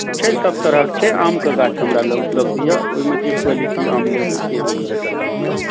छै सभ तरहक छै आमके गाछ हमरा लग उपलब्ध यए ओहिमे जे क्वालिटी आम लेबै से आम भेटत अहाँकेँ